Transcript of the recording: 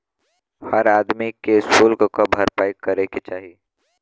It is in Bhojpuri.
हर आदमी के सुल्क क भरपाई करे के चाही